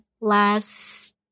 last